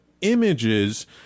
images